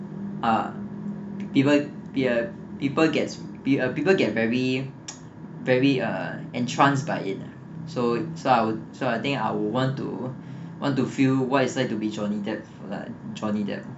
uh even he uh people gets he uh people get very very err entrants by it uh so so I'll so I think I'll I'll want to want to feel what is like to be johnny depp for like johnny depp